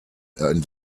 and